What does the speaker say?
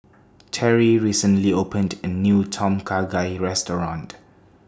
Terri recently opened A New Tom Kha Gai Restaurant